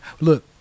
Look